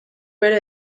bere